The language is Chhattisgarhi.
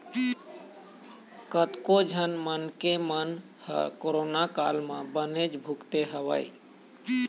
कतको झन मनखे मन ह कोरोना काल म बनेच भुगते हवय